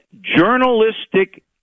journalistic